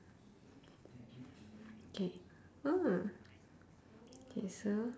K ah K so